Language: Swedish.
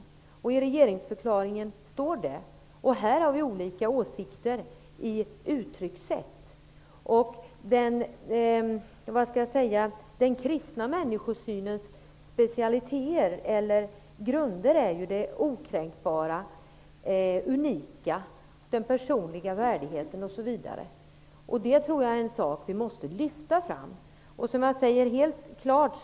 Det står i regeringsförklaringen. Här har vi olika åsikter om uttryckssätt. Den kristna människosynens grunder är det okränkbara, unika, den personliga värdigheten. Det tror jag är en sak som vi måste lyfta fram. Som jag säger delar helt klart